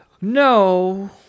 no